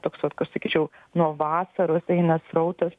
toks vat sakyčiau nuo vasaros eina srautas